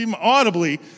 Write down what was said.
audibly